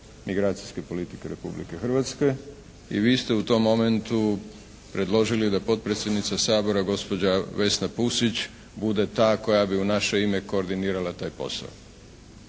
migracijske politike Republike Hrvatske. I vi ste u tom momentu predložili da potpredsjednica Sabora gospođa Vesna Pusić bude ta koja bi u naše ime koordinirala taj posao.